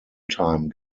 time